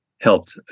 helped